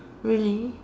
really